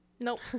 nope